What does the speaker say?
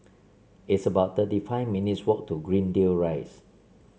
it's about thirty five minutes' walk to Greendale Rise